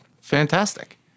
Fantastic